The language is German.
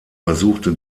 versuchte